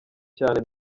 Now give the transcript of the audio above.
cyane